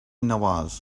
nawaz